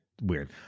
Weird